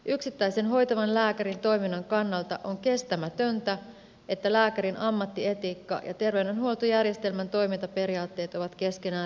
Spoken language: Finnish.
yksittäisen hoitavan lääkärin toiminnan kannalta on kestämätöntä että lääkärin ammattietiikka ja terveydenhuoltojärjestelmän toimintaperiaatteet ovat keskenään ristiriidassa